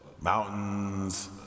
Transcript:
Mountains